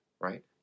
right